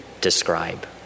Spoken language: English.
describe